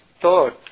thought